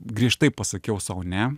griežtai pasakiau sau ne